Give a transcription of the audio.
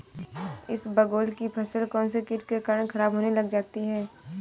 इसबगोल की फसल कौनसे कीट के कारण खराब होने लग जाती है?